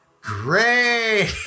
great